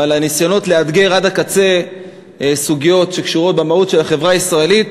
אבל הניסיונות לאתגר עד הקצה סוגיות שקשורות במהות של החברה הישראלית,